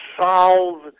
solve